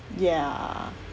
ya